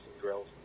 drills